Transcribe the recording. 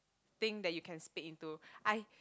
thing that you can speak into I